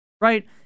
Right